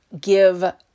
give